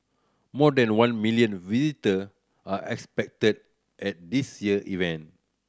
more than one million visitor are expected at this year event